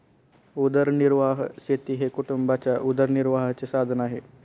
उदरनिर्वाह शेती हे कुटुंबाच्या उदरनिर्वाहाचे साधन आहे